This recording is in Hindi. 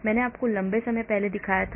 मैंने आपको लंबे समय पहले दिखाया था